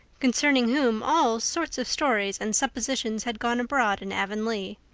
concerning whom all sorts of stories and suppositions had gone abroad in avonlea.